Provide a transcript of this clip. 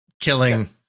killing